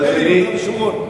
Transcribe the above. מילא ביהודה ושומרון.